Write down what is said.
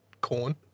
corn